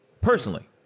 Personally